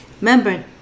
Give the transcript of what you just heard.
Remember